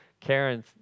Karen